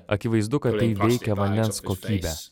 akivaizdu kad tai veikia vandens kokybę